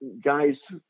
guys